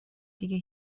دیگه